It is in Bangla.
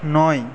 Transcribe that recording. নয়